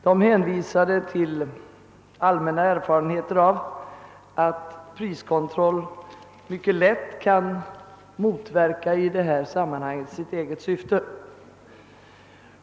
De hänvisar till allmänna erfarenheter av att priskontroll i detta sammanhang mycket lätt kan motverka sitt eget syfte.